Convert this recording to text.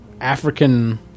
African